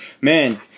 man